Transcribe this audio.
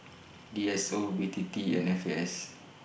D S O B T T and F A S